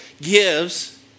gives